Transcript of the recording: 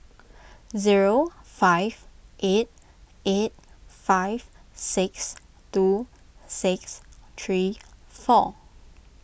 zero five eight eight five six two six three four